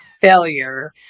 failure